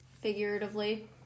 figuratively